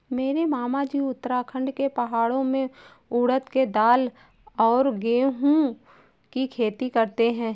मेरे मामाजी उत्तराखंड के पहाड़ों में उड़द के दाल और गेहूं की खेती करते हैं